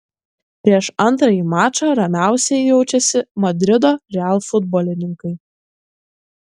prieš antrąjį mačą ramiausiai jaučiasi madrido real futbolininkai